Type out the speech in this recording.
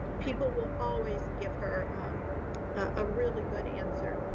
people will always give her a really good answer.